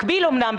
מקביל אמנם,